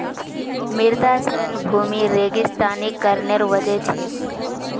मृदा क्षरण भूमि रेगिस्तानीकरनेर वजह छेक